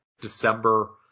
December